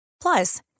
Plus